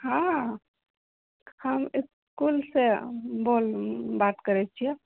हँ हम इसकुल सऽ बात करै छियै